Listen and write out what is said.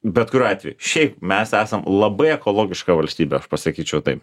bet kuriuo atveju šiaip mes esam labai ekologiška valstybė aš pasakyčiau taip